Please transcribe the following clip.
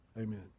Amen